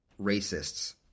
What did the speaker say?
racists